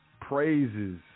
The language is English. praises